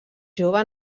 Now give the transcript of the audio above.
jove